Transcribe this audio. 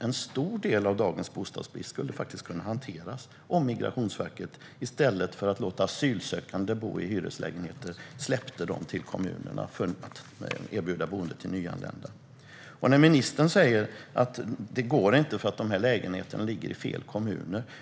En stor del av dagens bostadsbrist skulle kunna hanteras om Migrationsverket i stället för att låta asylsökande bo i hyreslägenheter släppte dem till kommunerna för att erbjuda boende till nyanlända. Ministern säger att det inte går därför att lägenheterna ligger i fel kommuner.